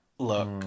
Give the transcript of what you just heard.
look